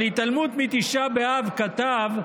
על התעלמות מתשעה באב כתב: